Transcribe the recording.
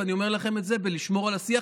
ואני אומר לכם את זה עם לשמור על השיח,